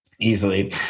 Easily